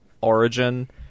origin